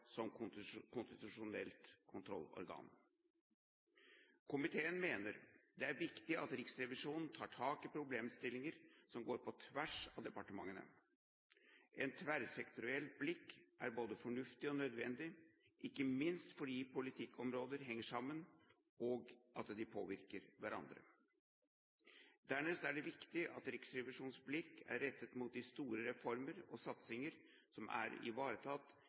ansvar som konstitusjonelt kontrollorgan. Komiteen mener det er viktig at Riksrevisjonen tar tak i problemstillinger som går på tvers av departementene. Et tverrsektorielt blikk er både fornuftig og nødvendig, ikke minst fordi politikkområder henger sammen, og fordi de påvirker hverandre. Dernest er det viktig at Riksrevisjonens blikk er rettet mot de store reformer og satsinger som er